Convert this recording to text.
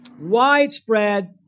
widespread